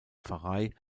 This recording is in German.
pfarrei